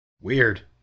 Weird